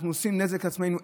אנחנו עושים נזק לעצמנו.